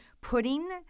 putting